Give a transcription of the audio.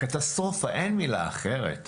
קטסטרופה, אין מילה אחרת.